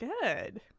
Good